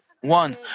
one